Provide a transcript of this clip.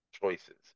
choices